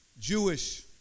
Jewish